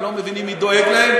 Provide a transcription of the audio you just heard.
הם לא מבינים מי דואג להם.